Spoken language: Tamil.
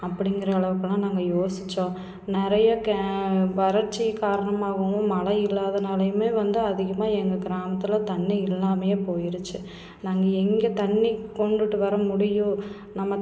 அப்படிங்கிற அளவுக்கெல்லாம் நாங்கள் யோசிச்சோம் நிறையா கே வறட்சி காரணமாகவும் மழை இல்லாதனாலையுமே வந்து அதிகமாக எங்க கிராமத்தில் தண்ணி இல்லாமையே போயிருச்சு நாங்கள் எங்கே தண்ணி கொண்டுகிட்டு வர முடியும் நம்ம